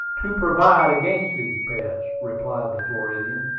to provide against these pests, replied the floridian,